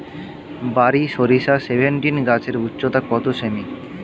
বারি সরিষা সেভেনটিন গাছের উচ্চতা কত সেমি?